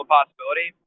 possibility